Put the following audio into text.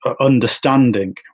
understanding